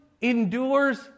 endures